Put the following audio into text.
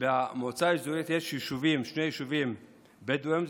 במועצה האזורית יש שני יישובים בדואיים,